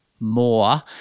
more